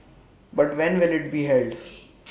but when will IT be held